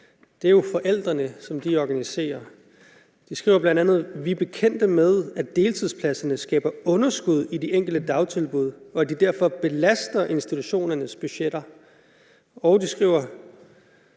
Det er jo forældrene, som de organiserer. De skriver bl.a.: »... vi er bekendte med, at deltidspladserne skaber underskud i de enkelte dagtilbud, og at de derfor belaster institutionernes budgetter.« Og de skriver: